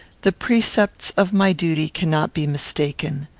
the precepts of my duty cannot be mistaken.